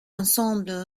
ensemble